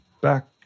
back